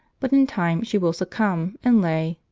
but in time she will succumb, and lay,